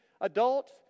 adults